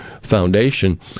foundation